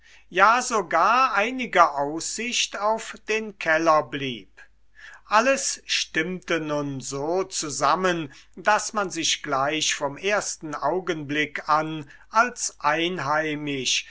ja sogar einige aussicht auf den keller blieb alles stimmte nun so zusammen daß man sich gleich vom ersten augenblick an als einheimisch